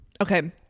Okay